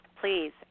please